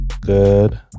Good